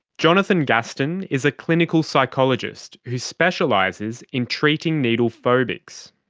jonathan gaston is a clinical psychologist who specialises in treating needle phobics.